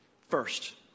First